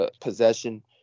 possession